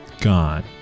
gone